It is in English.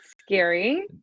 scary